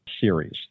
series